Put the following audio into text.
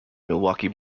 milwaukee